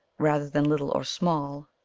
rather than little or small,